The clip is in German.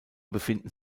befinden